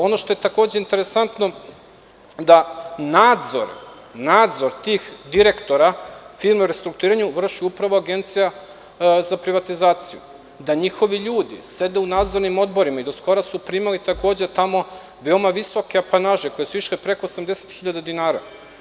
Ono što je takođe interesantno je da nadzor tih direktora, firme u restrukturiranju, vrši upravo Agencija za privatizaciju, da njihovi ljudi sede u nadzornim odborima i do skoro su primali takođe tamo veoma visoke apanaže, koje su išle preko 80.000 dinara.